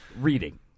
Reading